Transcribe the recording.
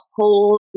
whole